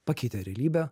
pakeitė realybę